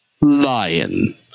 lion